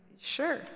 sure